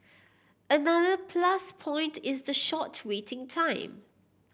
another plus point is the short waiting time